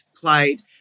played